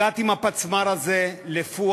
הגעתי עם הפצמ"ר הזה לפואד,